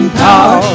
power